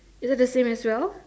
isn't the same as well